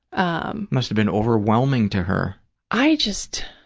um must have been overwhelming to her. i just,